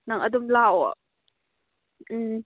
ꯅꯪ ꯑꯗꯨꯝ ꯂꯥꯛꯑꯣ ꯎꯝ